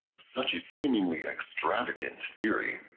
such a seemingly extravagant theory,